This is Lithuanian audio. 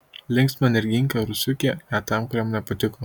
linksma energinga rusiukė retam kuriam nepatiko